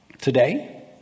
today